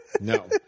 No